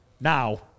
now